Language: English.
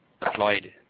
applied